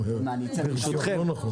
לא.